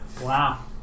Wow